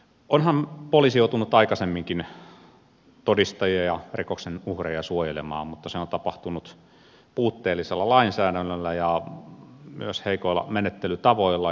onhan poliisi joutunut aikaisemminkin todistajia ja rikoksen uhreja suojelemaan mutta se on tapahtunut puutteellisella lainsäädännöllä ja myös heikoilla menettelytavoilla